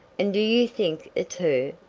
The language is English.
and do you think it's her?